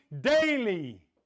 daily